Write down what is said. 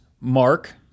Mark